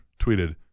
tweeted